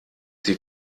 die